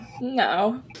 No